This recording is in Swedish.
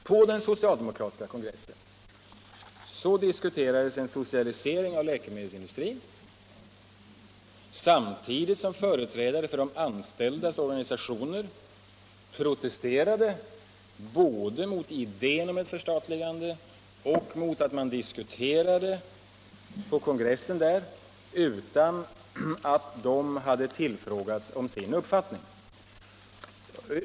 På den socialdemokratiska kongressen diskuterades en socialisering av läkemedelsindustrin samtidigt som företrädare för de anställdas organisationer protesterade både mot idén om ett förstatligande och mot att man på kongressen diskuterade frågan utan att de hade tillfrågats om sin uppfattning.